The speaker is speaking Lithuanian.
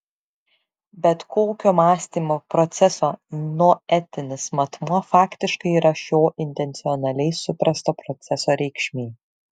bet kokio mąstymo proceso noetinis matmuo faktiškai yra šio intencionaliai suprasto proceso reikšmė